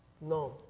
No